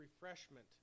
refreshment